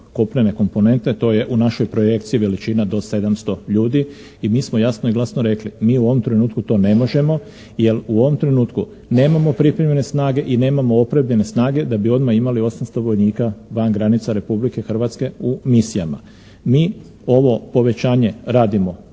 kopnene komponente. To je u našoj projekciji veličina do 700 ljudi i mi smo jasno i glasno rekli: «Mi u ovom trenutku to ne možemo jer u ovom trenutku nemamo pripremljene snage i nemamo opremljene snage da bi odmah imali 800 vojnika van granica Republike Hrvatske u misijama.» Mi ovo povećanje radimo